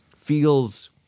feels